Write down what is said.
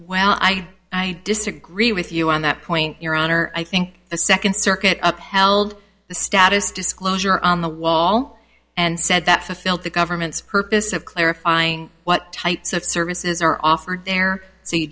well i i disagree with you on that point your honor i think the second circuit up held the status disclosure on the wall and said that fulfilled the government's purpose of clarifying what types of services are offered there so you